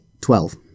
Twelve